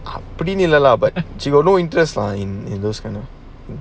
அப்படினுஇல்ல:apadinu illa lah but she got no interest lah in those kind of